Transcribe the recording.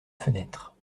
fenêtre